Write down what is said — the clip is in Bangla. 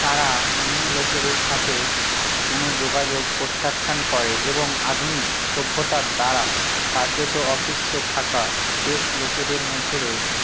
তারা অন্য লোকেদের সাথে কোনও যোগাযোগ প্রত্যাখ্যান করে এবং আধুনিক সভ্যতার দ্বারা কার্যত অস্পৃশ্য থাকা শেষ লোকেদের মধ্যে রয়েছে